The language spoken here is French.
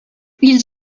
ils